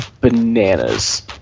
bananas